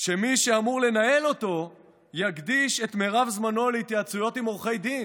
שמי שאמור לנהל אותו יקדיש את מרב זמנו להתייעצויות עם עורכי דין